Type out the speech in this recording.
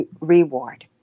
reward